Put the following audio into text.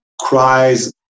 cries